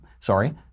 Sorry